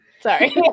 sorry